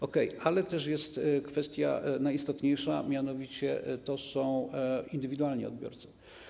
Okej, ale też jest kwestia najistotniejsza, mianowicie to są indywidualni odbiorcy.